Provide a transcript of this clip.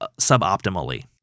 suboptimally